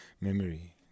memory